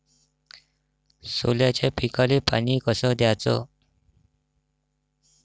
सोल्याच्या पिकाले पानी कस द्याचं?